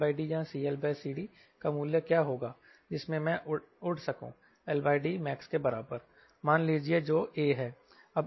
LD या CLCD का मूल्य क्या होगा जिसमें मैं उड़ सकूं LDmax के बराबरमान लीजिए जो A है